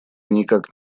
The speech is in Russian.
никак